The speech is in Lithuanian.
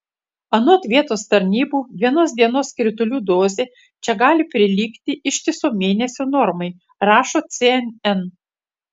anot vietos tarnybų vienos dienos kritulių dozė čia gali prilygti ištiso mėnesio normai rašo cnn